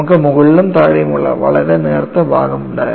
നമുക്ക് മുകളിലും താഴെയുമുള്ള വളരെ നേർത്ത ഭാഗം ഉണ്ടായിരുന്നു